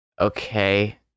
okay